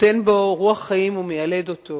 נותן בו רוח חיים ומיילד אותו,